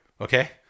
Okay